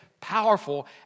powerful